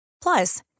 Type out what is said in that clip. Plus